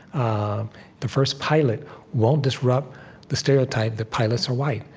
ah the first pilot won't disrupt the stereotype that pilots are white.